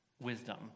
wisdom